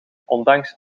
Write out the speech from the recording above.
ondanks